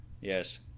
Yes